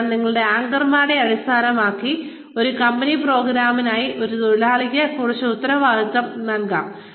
അതിനാൽ ഒരാളുടെ ആങ്കർമാരെ അടിസ്ഥാനമാക്കി ഒരു കമ്പനി പ്രോഗ്രാമിനായി ഒരു തൊഴിലാളിക്ക് കുറച്ച് ഉത്തരവാദിത്തം നൽകാം